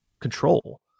control